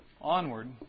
onward